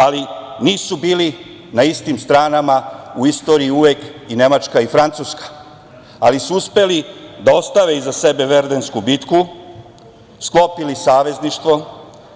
Ali nisu bili na istim stranama, u istoriji uvek i Nemačka i Francuska, ali su uspeli da ostave iza sebe Verdensku bitku, sklopili savezništvo,